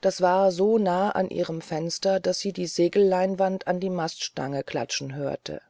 das war so nah an ihrem fenster daß sie die segelleinwand an die maststange klatschen hörte